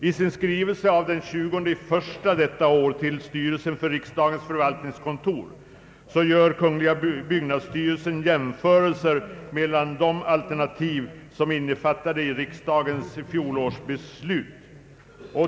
I sin skrivelse av den 20 januari detta år till styrelsen för riksdagens förvaltningskontor gör kungl byggnadsstyrelsen jämförelser mellan de alternativ som är innefattade i riksdagens fjolårsbeslut.